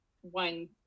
one